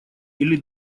или